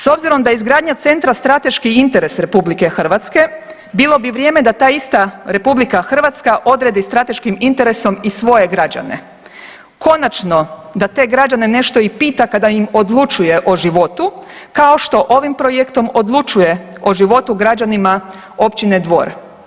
S obzirom da je izgradnja centra strateški interes RH, bilo bi vrijeme da ta ista RH odredi strateškim interesom i svoje građane, konačno da te građene nešto i pita kada im odlučuje o životu kao što ovim projektom odlučuje o životu građana Općine Dvor.